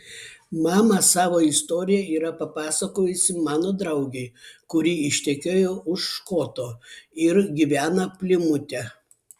mama savo istoriją yra papasakojusi mano draugei kuri ištekėjo už škoto ir gyvena plimute